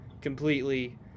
completely